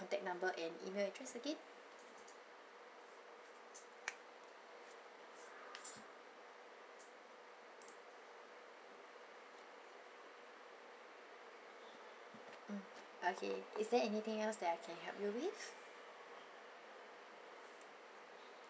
contact number and email address again mm okay is there anything else that I can help you with